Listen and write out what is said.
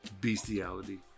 bestiality